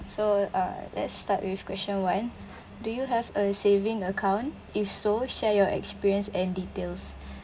so uh let's start with question one do you have a saving account if so share your experience and details